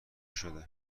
شده